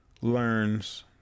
learns